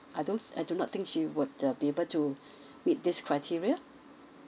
I don't I do not think she would uh be able to meet this criteria